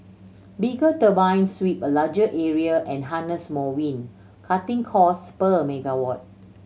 bigger turbines sweep a larger area and harness more wind cutting costs per megawatt